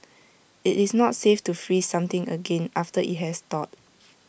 IT is not safe to freeze something again after IT has thawed